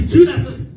Judas